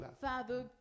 Father